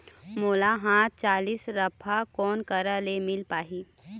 मोला हाथ चलित राफा कोन करा ले मिल पाही?